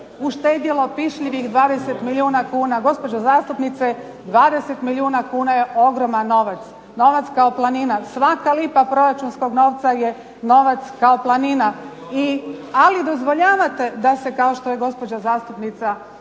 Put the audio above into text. uštedilo pišljivih 20 milijuna kuna. Gospođo zastupnice, 20 milijuna kuna je ogroman novac, novac kao planina. Svaka lipa proračunskog novca je novac kao planina. Ali dozvoljavate da se kao što je gospođa zastupnica